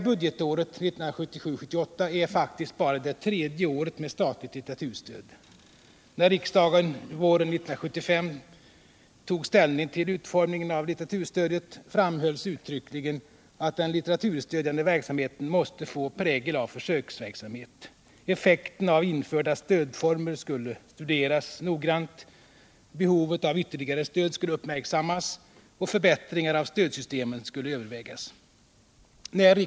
Budgetåret 1977/78 är faktiskt bara det tredje året då statligt litteraturstöd utgår. När riksdagen våren 1973 tog ställning till utformningen av litteraturstödet framhölls uttryckligen att den litteraturstödjande verksamheten måste få prägel av försöksverksamhet. Effekten av införda stödformer skulle studeras noggrant. Behovet av ytterligare stöd skulle uppmirksammas, och förbättringar av stödsystemen skulle övervägas.